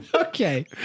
Okay